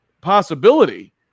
possibility